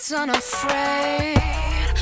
unafraid